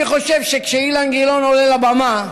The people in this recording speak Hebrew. אני חושב שכשאילן גילאון עולה לבמה,